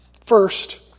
First